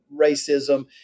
racism